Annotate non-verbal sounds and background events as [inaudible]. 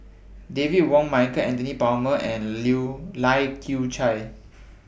David Wong Michael Anthony Palmer and [unintelligible] Lai Kew Chai